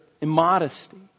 immodesty